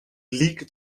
league